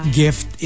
gift